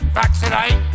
vaccinate